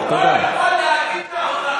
כמו בני אדם?